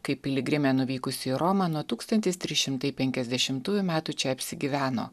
kaip piligrimė nuvykusi į romą nuo tūkstantis trys šimtai penkiasdešimtųjų metų čia gyveno